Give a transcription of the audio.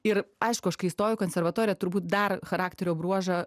ir aišku aš kai įstojau į konservatoriją turbūt dar charakterio bruožą